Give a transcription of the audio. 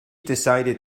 decided